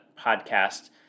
podcast